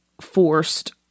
forced